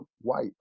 white